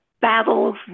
battles